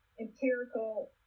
empirical